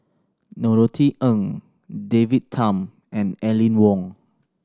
Norothy Ng David Tham and Aline Wong